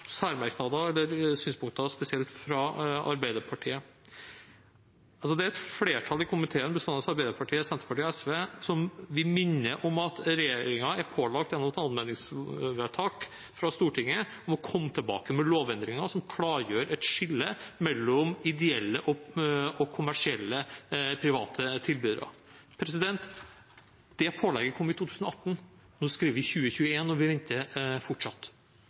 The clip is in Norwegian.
synspunkter spesielt fra Arbeiderpartiet. Det er et flertall i komiteen bestående av Arbeiderpartiet, Senterpartiet og SV som vil minne om at regjeringen gjennom et anmodningsvedtak fra Stortinget er pålagt å komme tilbake med lovendringer som klargjør et skille mellom ideelle og kommersielle private tilbydere. Det pålegget kom i 2018. Nå skriver vi 2021, og vi venter fortsatt.